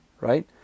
right